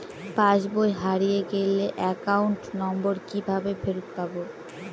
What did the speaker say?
পাসবই হারিয়ে গেলে account number কিভাবে ফেরত পাব?